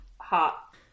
hot